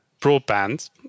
broadband